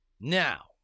Now